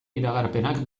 iragarpenak